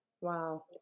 Wow